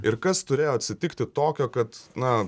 ir kas turėjo atsitikti tokio kad na